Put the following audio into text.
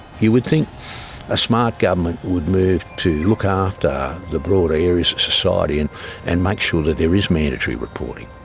you would think a smart government would move to look after the broader areas of society and and make sure that there is mandatory reporting,